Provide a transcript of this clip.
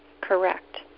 Correct